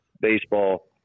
baseball